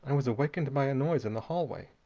and was awakened by a noise in the hallway.